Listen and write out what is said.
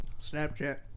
Snapchat